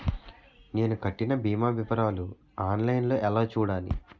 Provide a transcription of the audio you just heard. నేను కట్టిన భీమా వివరాలు ఆన్ లైన్ లో ఎలా చూడాలి?